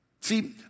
See